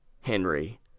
Henry